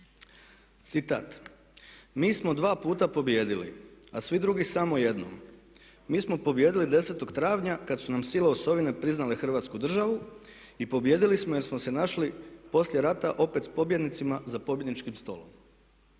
Citat: "Mi smo dva puta pobijedili a svi drugi samo jednom. Mi smo pobijedili 10. travnja kada su nam sile osovine priznale Hrvatsku državu i pobijedili smo jer smo se našli poslije rata opet s pobjednicima za pobjedničkim stolom.